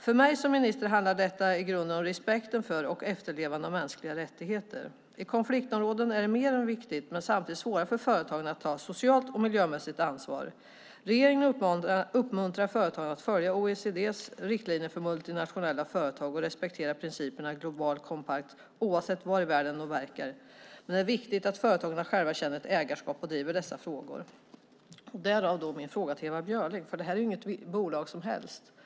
För mig som minister handlar detta i grunden om respekten för och efterlevnaden av mänskliga rättigheter. I konfliktområden är det än mer viktigt men samtidigt svårare för företagen att ta socialt och miljömässigt ansvar. Regeringen uppmuntrar företag att följa OECD:s riktlinjer för multinationella företag och respektera principerna i Global Compact oavsett var i världen de verkar. Det är viktigt att företagarna själva känner ett ägarskap och driver dessa frågor. Därav min fråga till Ewa Björling, för det här är inte vilket bolag som helst.